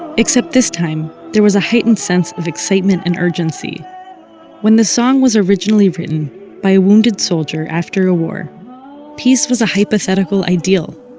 except this time, there was a heightened sense of excitement and urgency when the song was originally written by a wounded soldier after a war peace was a hypothetical ideal,